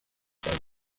padre